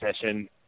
session